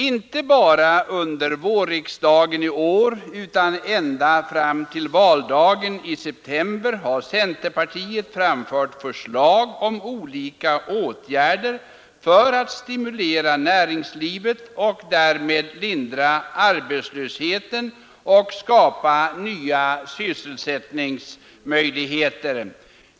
Inte bara under vårriksdagen i år utan ända fram till valdagen i september framförde centerpartiet förslag om olika åtgärder för att stimulera näringslivet och därmed hindra arbetslösheten genom att skapa nya sysselsättningsmöjligheter.